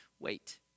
Wait